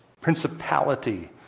principality